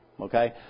Okay